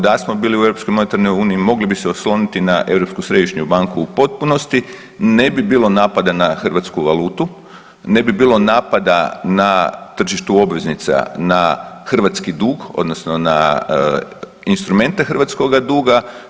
Da smo bili u Europskoj monetarnoj uniji mogli bi se osloniti na Europsku središnju banku u potpunosti, ne bi bilo napada na hrvatsku valutu, ne bi bilo napada na tržištu obveznica na hrvatski dug odnosno na instrumente hrvatskoga duga.